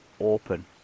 open